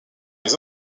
les